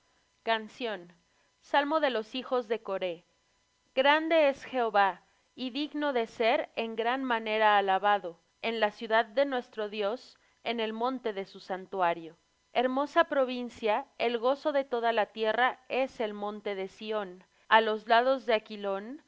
canción salmo de los hijos de coré grande es jehová y digno de ser en gran manera alabado en la ciudad de nuestro dios en el monte de su santuario hermosa provincia el gozo de toda la tierra es el monte de sión á los lados del aquilón